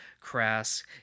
crass